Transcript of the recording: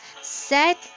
set